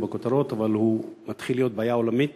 בכותרות אבל הוא מתחיל להיות בעיה עולמית.